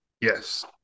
Yes